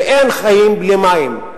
ואין חיים בלי מים.